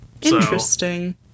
interesting